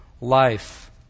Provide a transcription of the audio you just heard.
life